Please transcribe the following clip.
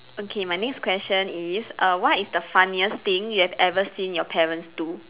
okay my next question is err what is the funniest thing you have ever seen your parents do